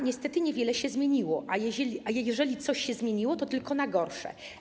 Niestety niewiele się zmieniło, a jeżeli coś się zmieniło, to tylko na gorsze.